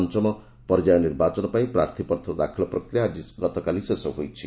ପଞ୍ଚମ ପର୍ଯ୍ୟାୟ ନିର୍ବାଚନ ପାଇଁ ପ୍ରାର୍ଥୀପତ୍ର ଦାଖଲ ପ୍ରକ୍ରିୟା ଗତକାଲି ଶେଷ ହୋଇଛି